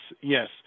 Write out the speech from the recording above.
yes